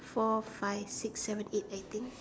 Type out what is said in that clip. four five six seven eight I think